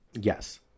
Yes